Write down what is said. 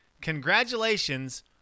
Congratulations